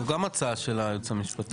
זה גם הצעה של היועץ המשפטי.